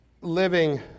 living